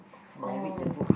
oh